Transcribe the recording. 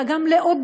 אלא גם לעודד,